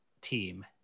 team